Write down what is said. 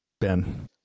Ben